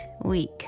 week